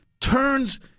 turns